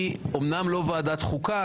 היא אומנם לא ועדת חוקה,